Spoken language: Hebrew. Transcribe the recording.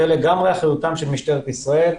זה לגמרי אחריותה של משטרת ישראל,